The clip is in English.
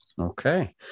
Okay